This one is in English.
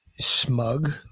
smug